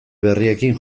berriekin